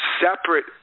separate